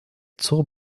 zur